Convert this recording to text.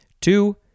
Two